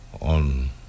on